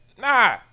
nah